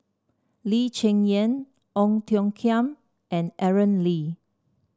Lee Cheng Yan Ong Tiong Khiam and Aaron Lee